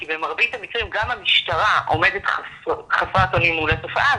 כי במרבית המקרים גם המשטרה עומדת חסרת אונים מול התופעה,